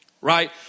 right